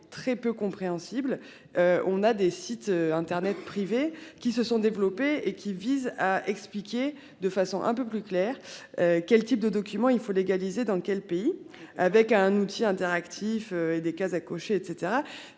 très peu compréhensible. On a des sites internet privés qui se sont développées et qui vise à expliquer de façon un peu plus clair. Quel type de document, il faut légaliser dans quel pays avec un outil interactif et des cases à cocher et